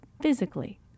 physically